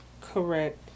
Correct